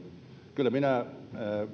kyllä minä